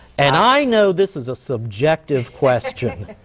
and i know this is a subjective question,